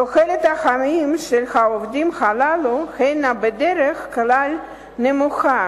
תוחלת החיים של העובדים הללו הינה בדרך כלל נמוכה